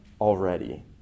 already